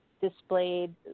displayed